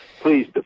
Please